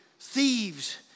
thieves